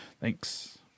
Thanks